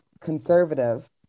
conservative